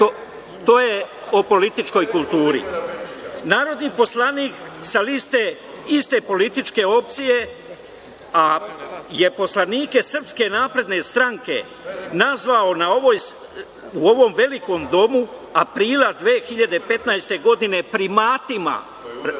To je o političkoj kulturi. Narodni poslanik sa liste iste političke opcije, je poslanike SNS nazvao u ovom velikom domu aprila 2015. godine – „primatima“,